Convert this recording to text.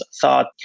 thought